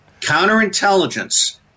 Counterintelligence